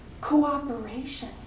cooperation